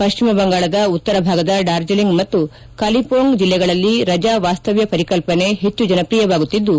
ಪಶ್ಚಿಮ ಬಂಗಾಳದ ಉತ್ತರ ಭಾಗದ ಡಾರ್ಜಲಿಂಗ್ ಮತ್ತು ಕಲಿಂಪೋಂಗ್ ಜಿಲ್ಲೆಗಳಲ್ಲಿ ರಜಾ ವಾಸ್ತವ್ಯ ಪರಿಕಲ್ಪನೆ ಹೆಚ್ಚು ಜನಪ್ರಿಯವಾಗುತ್ತಿದ್ದು